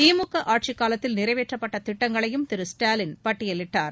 திமுக ஆட்சிக்காலத்தில் நிறைவேற்றப்பட்ட திட்டங்களையும் திரு ஸ்டாலின் பட்டியலிட்டார்